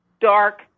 dark